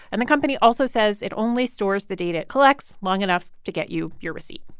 and the company also says it only stores the data it collects long enough to get you your receipt.